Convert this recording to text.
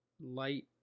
light